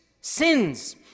sins